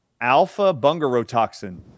alpha-bungarotoxin